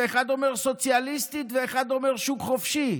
אחד אומר סוציאליסטית ואחד אומר שוק חופשי.